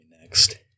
next